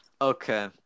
Okay